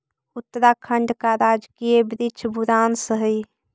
उत्तराखंड का राजकीय वृक्ष बुरांश हई